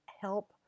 help